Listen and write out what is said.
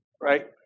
right